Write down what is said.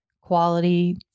quality